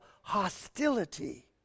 hostility